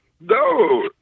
No